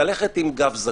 ללכת עם גב זקוף.